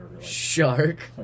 Shark